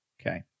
okay